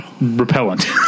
repellent